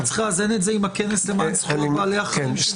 אני רק צריך לאזן את זה עם הכנס למען זכויות בעלי החיים שמתחיל